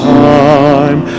time